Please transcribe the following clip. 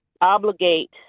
obligate